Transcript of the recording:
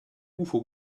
ufo